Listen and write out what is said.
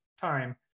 time